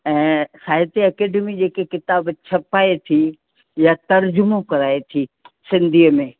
ऐं साहित्य अकेडमी जेके किताब छपाए थी या तर्ज़ुमो कराए थी या सिंधीअ में